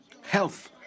health